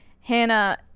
Hannah